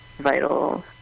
vital